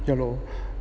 yeah lor